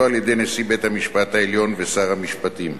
על-ידי נשיא בית-המשפט העליון ושר המשפטים.